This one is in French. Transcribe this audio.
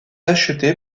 acheté